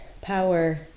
power